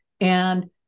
and-